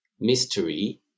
mystery